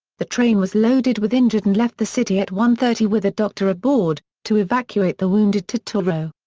the train was loaded with injured and left the city at one thirty with a doctor aboard, to evacuate the wounded to truro.